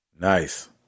Nice